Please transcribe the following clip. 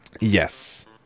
Yes